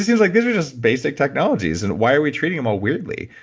like these are just basic technologies, and why are we treating em all weirdly?